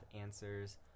answers